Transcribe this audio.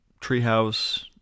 Treehouse